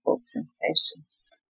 sensations